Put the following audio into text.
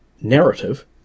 narrative